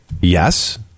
Yes